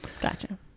Gotcha